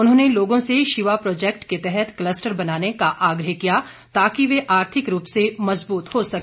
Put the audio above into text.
उन्होंने लोगों से शिवा प्रोजेक्ट के तहत कलस्टर बनाने का आग्रह किया ताकि वे आर्थिक रूप से मजबूत हो सके